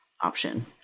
option